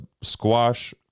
squash